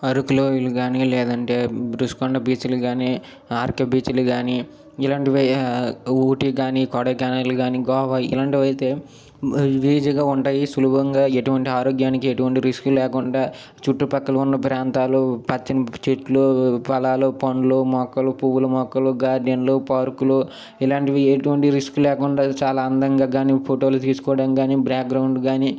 అరకు లోయలు కాని లేదంటే ఋషికొండ బీచ్లు కాని ఆర్కె బీచ్లు గాని ఇలాంటివి ఊటీ గాని కొడైకెనాల్ కాని గోవా ఇలాంటివైతే ఈజీగా ఉంటాయి సులభంగా ఎటువంటి ఆరోగ్యానికి ఎటువంటి రిస్కు లేకుండా చుట్టుపక్కల ఉన్న ప్రాంతాలు పచ్చని చెట్లు ఫలాలు పండ్లు మొక్కలు పువ్వులు మొక్కలు గార్డియన్లు పార్కులు ఇలాంటివి ఎటువంటి రిస్క్ లేకుండా చాలా అందంగా కాని ఫోటోలు తీసుకోవడం గాని బ్యాక్గ్రౌండ్ కాని